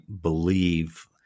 believe